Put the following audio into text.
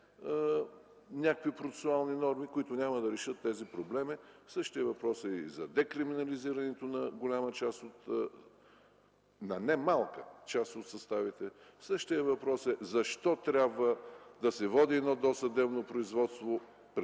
някои процесуални норми, които няма да решат тези проблеми. Същият въпрос стои и за декриминализирането на немалка част от съставите. Същият е въпросът защо трябва да се води едно досъдебно производство пред